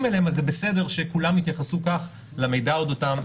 אליהם אז זה בסדר שכולם יתייחסו כך למידע אודותם,